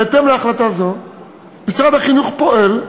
בהתאם להחלטה זו משרד החינוך פועל,